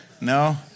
No